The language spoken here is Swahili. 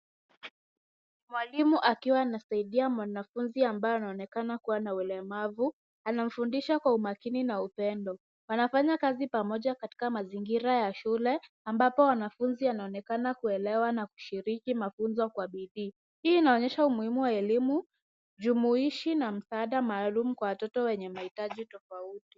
Mwalimu akiwa anasaidia mwanafunzi ambaye anaonekana kua na ulemavu anamfundisha kwa umakini na upendo, wanafanya kazi pamoja katika mazingira ya shule ambapo wanafunzi wanaonekana kuelewa na kushiriki mafunzo kwa bidii, hii inaonesha umuhumu wa elimu jumuishi na ibada maalum na watoto wenye mahitaji tofauti.